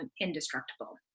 indestructible